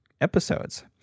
episodes